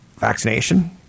vaccination